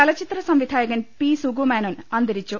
ചലച്ചിത്ര സംവിധായകൻ പി സുകു മേനോൻ അന്തരിച്ചു